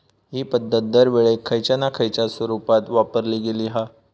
हि पध्दत दरवेळेक खयच्या ना खयच्या स्वरुपात वापरली गेली हा